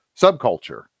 subculture